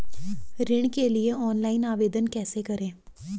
ऋण के लिए ऑनलाइन आवेदन कैसे करें?